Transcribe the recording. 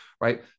right